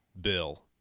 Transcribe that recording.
bill